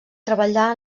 treballar